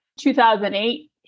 2008